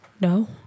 No